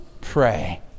pray